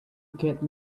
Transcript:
get